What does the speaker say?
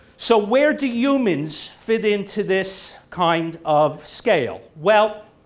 so where do humans fit into this kind of scale. well